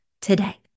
today